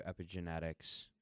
epigenetics